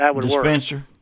dispenser